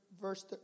verse